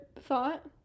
thought